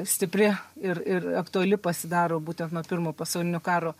stipri ir ir aktuali pasidaro būtent nuo pirmo pasaulinio karo